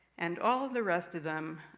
and all the rest of them,